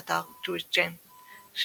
באתר JewishGen "שווינואוישצ'ה",